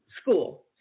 School